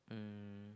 um